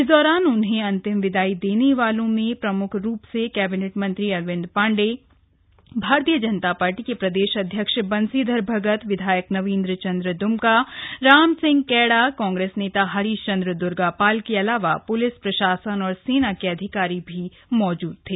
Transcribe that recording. इस दौरान उन्हें अन्तिम विदायी देने वालों में प्रमुख रूप सक कैबिनेट मंत्री अरविंद पांडे भारतीय जनता पार्टी के प्रदेश अध्यक्ष बंशीधर भगत विधायक नवीन चंद्र दुमका राम सिंह कैड़ा कांग्रेस नेता हरीश चंद्र दुर्गापाल के अलावा पुलिस प्रशासन और सेना के अधिकारी शामिल थे